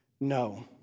No